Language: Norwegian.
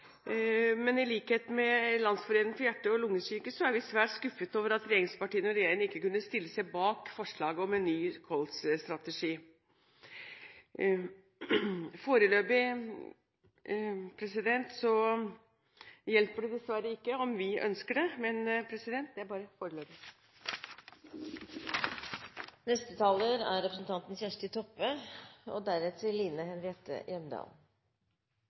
men i likhet med Landsforeningen for hjerte- og lungesyke er vi svært skuffet over at regjeringspartiene og regjeringen ikke kunne stille seg bak forslaget om en ny kolsstrategi. Foreløpig hjelper det dessverre ikke om vi ønsker det, men det er bare